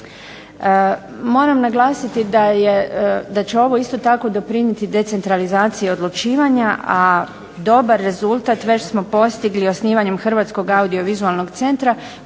Moram naglasiti da će ovo isto tako doprinijeti decentralizaciji odlučivanja, a dobar rezultat već smo postigli osnivanjem Hrvatskog audiovizualnog centra